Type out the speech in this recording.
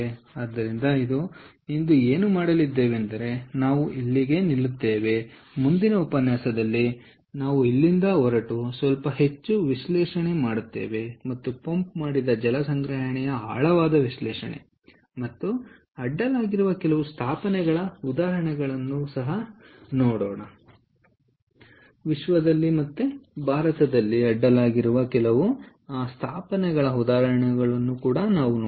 ಆದ್ದರಿಂದ ನಾವು ಇಂದು ಏನು ಮಾಡಲಿದ್ದೇವೆಂದರೆ ನಾವು ಇಲ್ಲಿಗೆ ನಿಲ್ಲುತ್ತೇವೆ ಮತ್ತು ಮುಂದಿನ ಉಪನ್ಯಾಸದಲ್ಲಿ ನಾವು ಇಲ್ಲಿಂದ ಹೊರಟು ಸ್ವಲ್ಪ ಹೆಚ್ಚು ವಿಶ್ಲೇಷಣೆ ಮಾಡುತ್ತೇವೆ ಮತ್ತು ಪಂಪ್ಮಾಡಿದ ಜಲ ಸಂಗ್ರಹಣೆಯ ಆಳವಾದ ವಿಶ್ಲೇಷಣೆ ಮತ್ತು ಅಡ್ಡಲಾಗಿರುವ ಕೆಲವು ವಿಶ್ವ ಮತ್ತು ಭಾರತದಲ್ಲಿನ ಸ್ಥಾಪನೆಗಳ ಉದಾಹರಣೆಗಳನ್ನು ಸಹ ನೋಡೋಣ